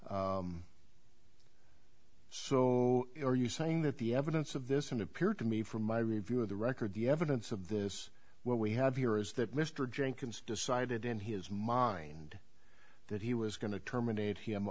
so are you saying that the evidence of this and appeared to me from my review of the record the evidence of this what we have here is that mr jenkins decided in his mind that he was going to terminate him